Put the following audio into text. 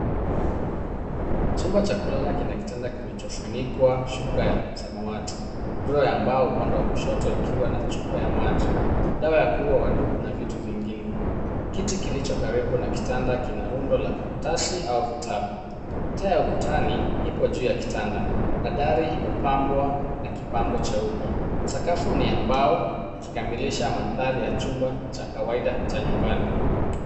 Chumba cha kulala kina kitanda kilicho funikwa shuka ya samawati, draw ya mbao upande wa kushoto ikiwa na chupa ya maji, dawa ya kuua wadudu na na vitu vingine, kiti kilicho karibu na kitanda kiko na rundo la kartasi au vitabu, taa ya ukutani ipo juu ya kitanda. Nadhari imebambwa na kipambo cheupe. Sakafu ni ya mbao ikikamilisha mandhari ya chumba cha kawaida cha nyumbani